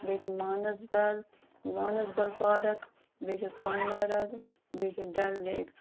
بیٚیہِ چھِ مانَسبَل مانَسبَل پارَک بیٚیہِ چھِ سۄنہٕ مَرگ بیٚیہِ چھِ ڈَل لیک